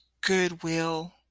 goodwill